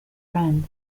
friend